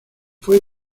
fue